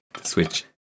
switch